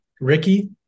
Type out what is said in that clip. Ricky